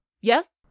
Yes